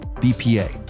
BPA